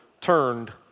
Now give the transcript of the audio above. turned